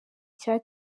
cya